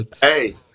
Hey